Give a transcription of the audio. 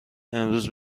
امروز